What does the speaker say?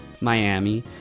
Miami